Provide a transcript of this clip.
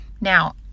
Now